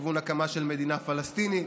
לכיוון הקמה של מדינה פלסטינית?